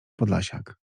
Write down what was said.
podlasiak